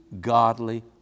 godly